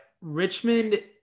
Richmond